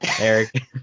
Eric